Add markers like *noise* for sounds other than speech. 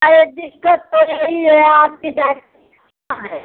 अरे दिक्कत पड़ रही है आपकी *unintelligible* कहाँ है